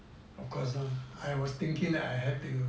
cause I was thinking that I had to